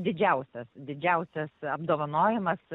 didžiausias didžiausias apdovanojimas